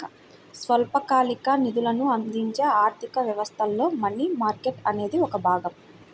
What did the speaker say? స్వల్పకాలిక నిధులను అందించే ఆర్థిక వ్యవస్థలో మనీ మార్కెట్ అనేది ఒక భాగం